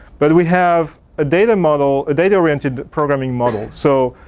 but we have a data model, a data oriented programming model. so,